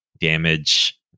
damage